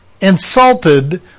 insulted